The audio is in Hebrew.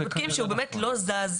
בודקים שהוא באמת לא זז.